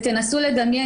תנסו לדמיין,